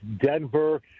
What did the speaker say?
Denver